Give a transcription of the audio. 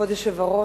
כבוד היושב-ראש,